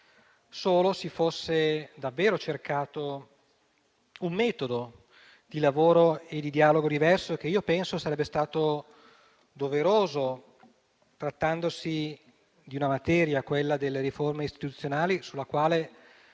solo si fosse davvero cercato un metodo di lavoro e di dialogo diverso, che penso sarebbe stato doveroso, trattandosi di una materia - quella delle riforme istituzionali - sulla quale